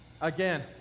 again